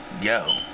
yo